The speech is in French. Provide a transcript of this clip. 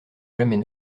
jamais